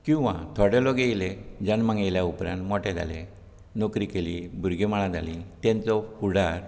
किंवां थोडे लोक येयले जन्मांक येयले उपरांत मोठे जाले नोकरी केली भुरगीं बाळां जालीं तेंचो फुडार